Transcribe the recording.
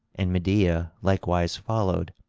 and medea likewise followed,